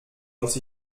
muss